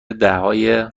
دههها